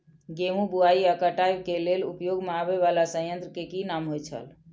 गेहूं बुआई आ काटय केय लेल उपयोग में आबेय वाला संयंत्र के नाम की होय छल?